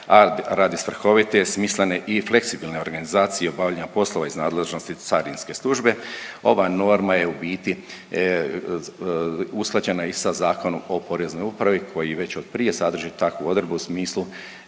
radi svrhovite, smislene i fleksibilne organizacije obavljanja poslova iz nadležnosti carinske službe. Ova norma je u biti usklađena i sa Zakonom o poreznoj upravi koji već od prije sadrži takvu odredbu u smislu